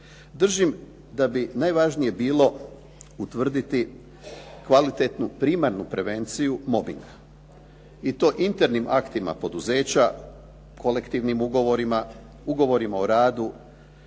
Držim da bi najvažnije bilo utvrditi kvalitetnu primarnu prevenciju mobinga i to internim aktima poduzeća, kolektivnim ugovorima, ugovorima o radu